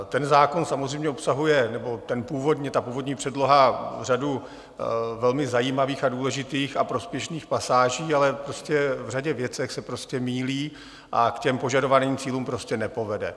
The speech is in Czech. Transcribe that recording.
Ten zákon samozřejmě obsahuje, nebo ten původní, ta původní předloha, řadu velmi zajímavých a důležitých a prospěšných pasáží, ale v řadě věcech se prostě mýlí a k požadovaným cílům nepovede.